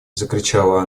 закричала